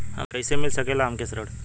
कइसे मिल सकेला हमके ऋण?